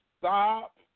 stop